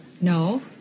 No